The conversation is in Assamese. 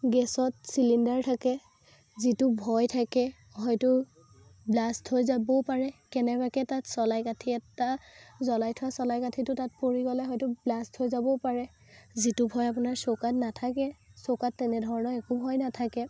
গেছত চিলিণ্ডাৰ থাকে যিটো ভয় থাকে হয়তো ব্লাষ্ট হৈ যাবও পাৰে কেনেবাকৈ তাত চলাই কাঠি এটা জ্বলাই থোৱা চলাই কাঠিটো তাত পৰি গ'লে হয়তো ব্লাষ্ট হৈ যাবও পাৰে যিটো ভয় আপোনাৰ চৌকাত নাথাকে চৌকাত তেনেধৰণৰ একো ভয় নাথাকে